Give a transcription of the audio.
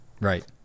Right